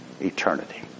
eternity